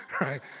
Right